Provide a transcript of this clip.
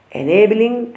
enabling